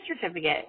certificate